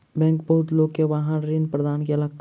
bank बहुत लोक के वाहन ऋण प्रदान केलक